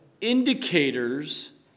indicators